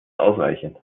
ausreichend